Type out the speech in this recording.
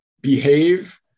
behave